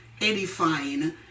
edifying